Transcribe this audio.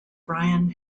brian